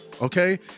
Okay